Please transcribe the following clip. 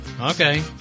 Okay